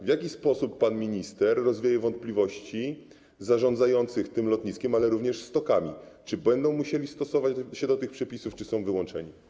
W jaki sposób pan minister rozwieje wątpliwości zarządzających tym lotniskiem, ale również stokami, czy będą musieli stosować się do tych przepisów, czy są spod nich wyłączeni?